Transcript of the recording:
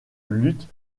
lutte